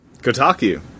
Kotaku